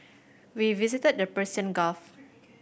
we visited the Persian Gulf